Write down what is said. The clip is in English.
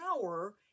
power